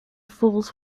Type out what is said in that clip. falls